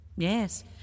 Yes